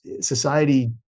society